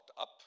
up